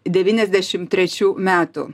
devyniasdešim trečių metų